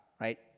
right